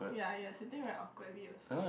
yeah you are sitting very awkwardly also